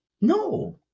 No